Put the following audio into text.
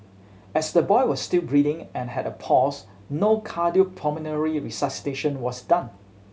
as the boy was still breathing and had a pulse no cardiopulmonary resuscitation was done